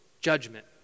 judgment